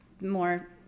more